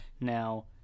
Now